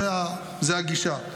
זו הגישה.